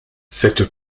cette